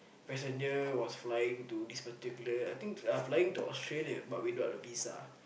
passenger was flying to this particular I think uh flying to Australia but without a visa